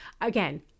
Again